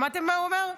שמעתם מה הוא אמר?